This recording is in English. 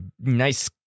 nice